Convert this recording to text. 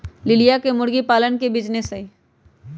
लिलिया के मुर्गी पालन के बिजीनेस हई